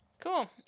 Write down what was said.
Cool